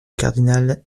cardinal